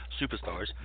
Superstars